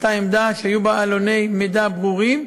הייתה עמדה שהיו בה עלוני מידע ברורים,